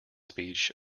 speech